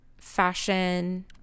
fashion